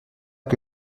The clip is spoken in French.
que